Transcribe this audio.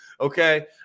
okay